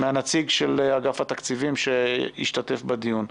מהנציג של אגף התקציבים שישתתף בדיון.